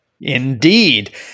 indeed